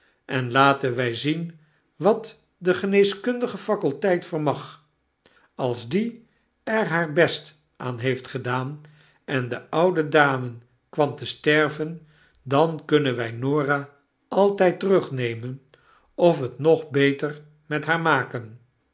en laten wy zien wat de geneeskundige faculteit vermag als die er haar best aan heeft gedaan en de oude dame kwam te sterven dan kunnen wy norah altyd terugnemen of het nog beter met haar maken